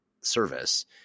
service